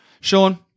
Sean